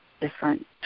different